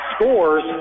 scores